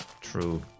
True